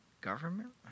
government